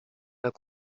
pas